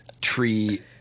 tree